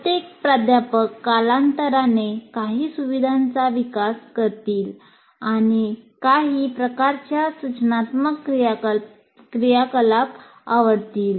प्रत्येक प्राध्यापक कालांतराने काही सुविधांचा विकास करतील आणि काही प्रकारच्या सूचनात्मक क्रियाकलाप आवडतील